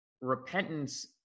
repentance